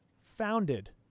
founded